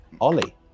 Ollie